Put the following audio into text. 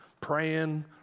praying